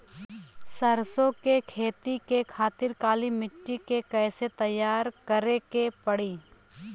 सरसो के खेती के खातिर काली माटी के कैसे तैयार करे के पड़ी?